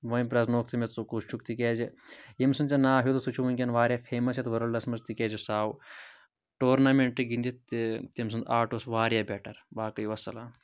وۄنۍ پرٕٛزنووُکھ ژےٚ مےٚ ژٕ کُس چھُکھ تِکیٛازِ ییٚمۍ سُنٛد ژےٚ ناو ہیوٚتُتھ سُہ چھُ وُنکٮ۪ن واریاہ فیمس یتھ وٲرلڈس منٛز تِکیٛازِ سُہ آو ٹورنامٮ۪نٹہٕ گِنٛدِتھ تہِ تٔمۍ سُنٛد آرٹ اوس واریاہ بیٚٹر باقٕے وسلام